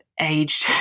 aged